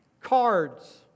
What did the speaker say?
cards